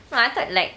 no I thought like